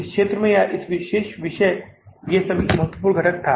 इस क्षेत्र में या इस विशेष विषय ये सबसे महत्वपूर्ण घटक था